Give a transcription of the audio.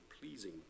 pleasing